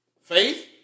Faith